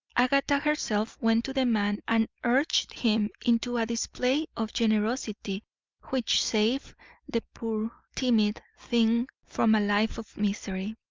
agatha herself went to the man and urged him into a display of generosity which saved the poor, timid thing from a life of misery.